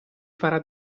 farà